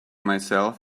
myself